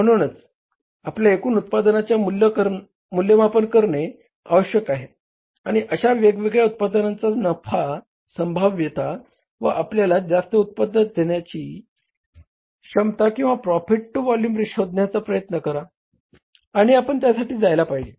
म्हणूनच आपल्यां एकूण उत्पादनांचे मूल्यमापन करणे आवश्यक आहे आणि अशा वेगवेगळ्या उत्पादनांचा नफा संभाव्यता व आपल्याला जास्त उत्पन्न देण्याची क्षमता किंवा प्रॉफिट टू व्हॉल्युम शोधण्याचा प्रयत्न करा आणि आपण त्यासाठी जायला पाहिजे